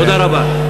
תודה רבה.